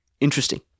interesting